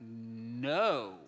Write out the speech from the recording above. no